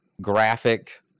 graphic